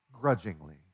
grudgingly